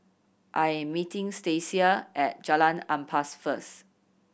I am meeting Stacia at Jalan Ampas first